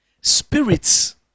Spirits